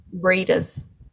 readers